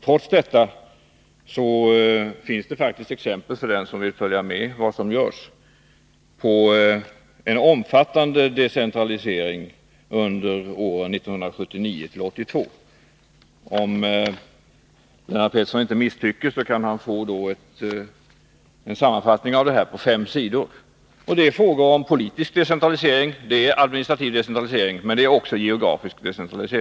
Trots detta finns det faktiskt — för den som vill följa med vad som görs — exempel på en omfattande decentralisering under åren 1979-1982. Om Lennart Pettersson inte misstycker kan han få en sammanfattning på fem sidor av decentraliseringar som skett. Det är där fråga om politisk decentralisering, administrativ decentralisering och också geografisk.